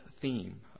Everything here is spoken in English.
theme